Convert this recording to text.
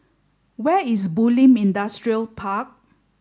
where is Bulim Industrial Park